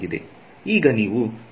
ಈಗ ನೀವು ಸಮಸ್ಯೆಯನ್ನು ಪ್ರಶಂಸಿಸಬಹುದು